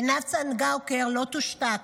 עינב צנגאוקר לא תושתק.